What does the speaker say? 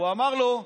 הוא אמר לו: